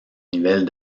nivel